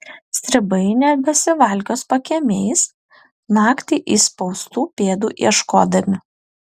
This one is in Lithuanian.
stribai nebesivalkios pakiemiais naktį įspaustų pėdų ieškodami